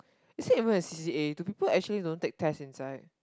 is it even a C_C_A do people actually don't take test inside